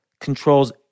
controls